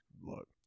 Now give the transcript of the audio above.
Look